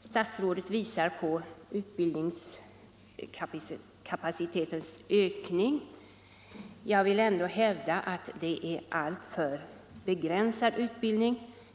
Statsrådet visar på utbildningskapacitetens ökning. Jag vill ändå hävda att det är en alltför begränsad utbildning.